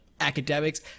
academics